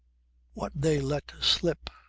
what they let slip,